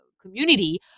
community